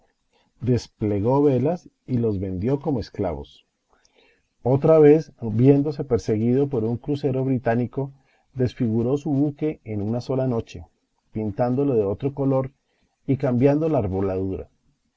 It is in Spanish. desplegó velas y los vendió como esclavos otra vez viéndose perseguido por un crucero británico desfiguró su buque en una sola noche pintándolo de otro color y cambiando la arboladura